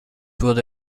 wurde